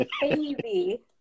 baby